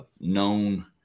known